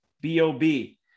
B-O-B